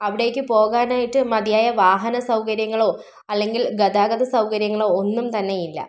അവിടേക്ക് പോകാനായിട്ട് മതിയായ വാഹന സൗകര്യങ്ങളോ അല്ലെങ്കിൽ ഗതാഗത സൗകര്യങ്ങളോ ഒന്നും തന്നെ ഇല്ല